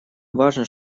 важно